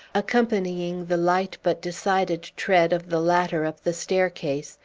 accompanying the light but decided tread of the latter up the staircase,